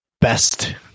best